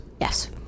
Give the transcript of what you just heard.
Yes